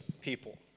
people